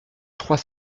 trois